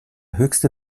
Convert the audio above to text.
höchste